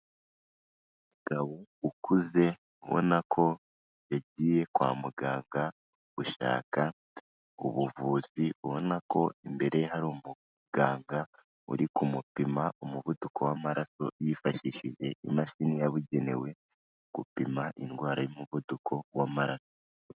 Umugabo ukuze ubona ko yagiye kwa muganga gushaka ubuvuzi, ubona ko imbere ye hari umuganga uri ku kumupima umuvuduko w'amaraso, yifashishije imashini yabugenewe gupima indwara y'umuvuduko w'amaraso.